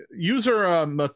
User